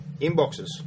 Inboxes